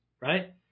right